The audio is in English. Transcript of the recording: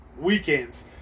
weekends